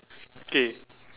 K